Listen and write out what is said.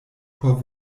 por